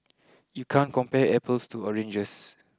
you can't compare apples to oranges